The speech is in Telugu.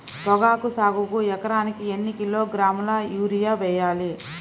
పొగాకు సాగుకు ఎకరానికి ఎన్ని కిలోగ్రాముల యూరియా వేయాలి?